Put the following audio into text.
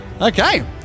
Okay